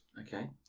Okay